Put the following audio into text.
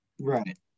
Right